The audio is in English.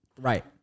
Right